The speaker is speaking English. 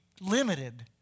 limited